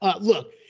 look